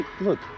Look